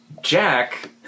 Jack